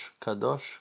Kadosh